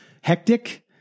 hectic